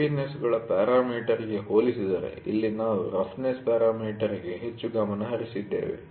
ವೇವಿನೆಸ್'ಗಳ ಪ್ಯಾರಾಮೀಟರ್ಗೆ ಹೋಲಿಸಿದರೆ ಇಲ್ಲಿ ನಾವು ರಫ್ನೆಸ್ ಪ್ಯಾರಾಮೀಟರ್ಗೆ ಹೆಚ್ಚು ಗಮನ ಹರಿಸಿದ್ದೇವೆ